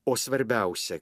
o svarbiausia